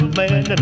man